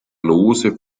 lose